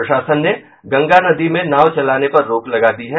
प्रशासन ने गंगा नदी में नाव चलाने पर रोक लगा दी है